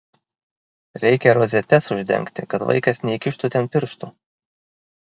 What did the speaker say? reikia rozetes uždengti kad vaikas neįkištų ten pirštų